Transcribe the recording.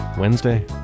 wednesday